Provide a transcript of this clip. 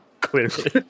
Clearly